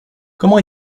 comment